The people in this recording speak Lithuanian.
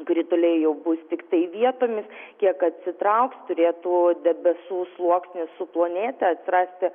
krituliai jau bus tiktai vietomis kiek atsitrauks turėtų debesų sluoksnis suplonėti atsirasti